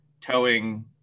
towing